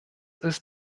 ist